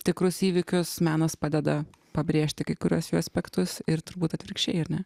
tikrus įvykius menas padeda pabrėžti kai kuriuos jų aspektus ir turbūt atvirkščiai ar ne